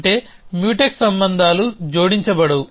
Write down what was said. అంటే మ్యూటెక్స్ సంబంధాలు జోడించబడవు